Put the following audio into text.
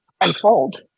unfold